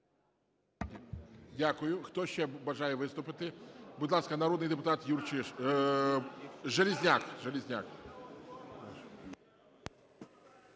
Дякую. Хто ще бажає виступити? Будь ласка, народний депутат Железняк.